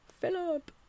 Philip